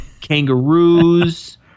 Kangaroos